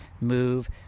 move